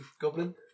goblin